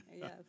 Yes